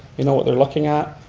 you know what they're looking at.